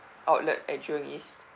outlet at jurong east